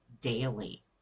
daily